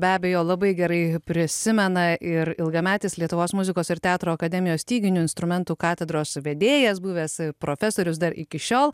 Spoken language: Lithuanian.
be abejo labai gerai prisimena ir ilgametis lietuvos muzikos ir teatro akademijos styginių instrumentų katedros vedėjas buvęs profesorius dar iki šiol